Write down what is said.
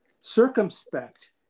Circumspect